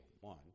one